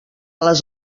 les